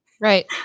Right